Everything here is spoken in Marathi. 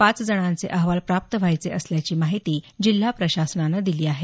पाच जणांचे अहवाल प्राप्त व्हायचे असल्याची माहिती जिल्हा प्रशासनानं दिली आहे